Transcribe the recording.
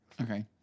Okay